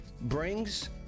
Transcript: brings